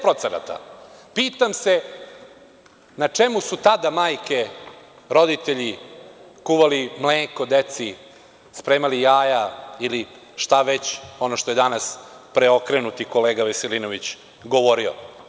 Pitam se – na čemu su tada majke, roditelji, kuvali mleko deci, spremali jaja ili šta već, ono što je danas preokrenuti kolega Veselinović govorio.